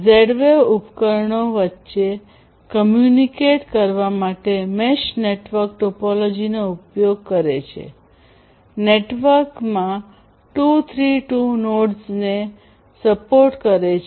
Z wave ઉપકરણો વચ્ચે communicate વાતચીત કરવા માટે મેશ નેટવર્ક ટોપોલોજીનો ઉપયોગ કરે છે નેટવર્કમાં 232 નોડ્સને ગાંઠોને સપોર્ટ કરે છે